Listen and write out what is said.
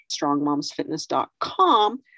strongmomsfitness.com